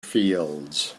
fields